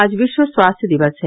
आज विश्व स्वास्थ्य दिवस है